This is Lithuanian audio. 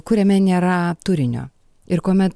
kuriame nėra turinio ir kuomet